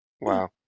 Wow